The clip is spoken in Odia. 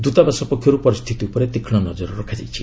ଦୂତାବାସ ପକ୍ଷରୁ ପରିସ୍ଥିତି ଉପରେ ତୀକ୍ଷ୍ଣ ନଜର ରଖାଯାଇଛି